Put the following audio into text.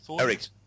Eric